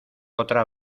otra